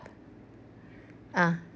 ah